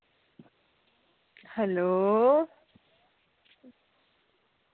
hello